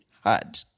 hard